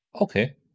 Okay